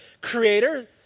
creator